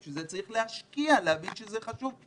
בשביל זה צריך להשקיע, להבין שזה חשוב.